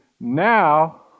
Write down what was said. now